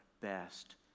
best